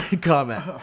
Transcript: comment